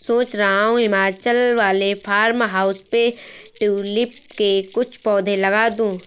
सोच रहा हूं हिमाचल वाले फार्म हाउस पे ट्यूलिप के कुछ पौधे लगा दूं